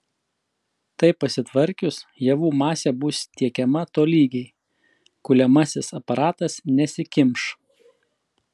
tai pasitvarkius javų masė bus tiekiama tolygiai kuliamasis aparatas nesikimš